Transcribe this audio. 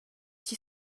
chi